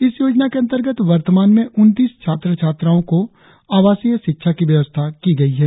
इस योजना के अंतर्गत वर्तमान में उन्तीस छात्र छात्राओ को आवासीय शिक्षा की व्यवस्था की गई है